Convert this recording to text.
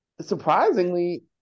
Surprisingly